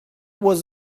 was